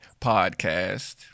Podcast